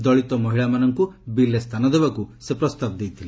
ଦଳିତ ମହିଳାମାନଙ୍କୁ ବିଲ୍ରେ ସ୍ଥାନ ଦେବାକୁ ସେ ପ୍ରସ୍ତାବ ଦେଇଥିଲେ